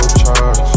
charge